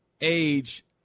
age